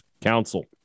Council